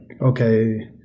okay